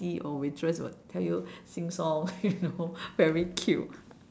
~tie or waitress will tell you sing song you know very cute